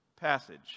passage